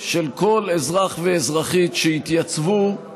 של כל אזרח ואזרחית שהתייצבו, ותמכו,